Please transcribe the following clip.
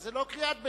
זה לא קריאת ביניים.